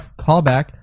Callback